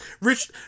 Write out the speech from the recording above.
Rich